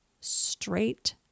straight